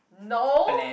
no